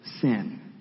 sin